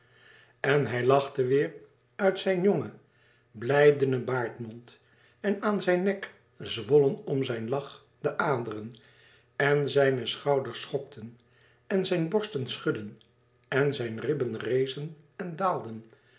en hij lachte weêr uit zijn jongen blijdenen baardmond en aan zijn nek zwollen om zijn lach de aderen en zijne schouders schokten en zijn borsten schudden en zijn ribben rezen en daalden